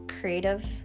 creative